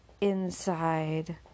inside